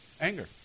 Anger